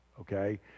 Okay